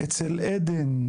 זאת אומרת,